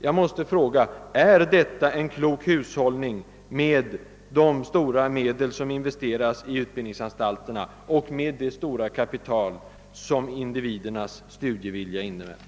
Jag måste fråga: Är detta en klok hushållning med de betydande medel som investeras i utbildningsanstalter och med det stora kapital som individernas studievilja representerar?